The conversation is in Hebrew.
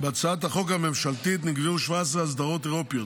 בהצעת החוק הממשלתית נקבעו 17 אסדרות אירופיות,